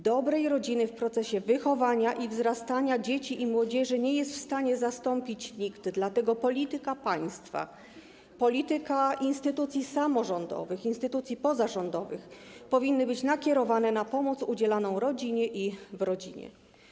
Dobrej rodziny w procesie wychowania i wzrastania dzieci i młodzieży nie jest w stanie zastąpić nikt, dlatego polityka państwa, polityka instytucji samorządowych, instytucji pozarządowych powinny być nakierowane na pomoc udzielaną rodzinie i w rodzinie.